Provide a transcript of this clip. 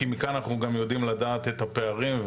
כי מכאן אנחנו גם יודעים לדעת את הפערים,